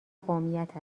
قومیت